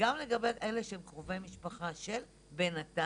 וגם לגבי אלה שיש להם קרובי משפחה, בינתיים,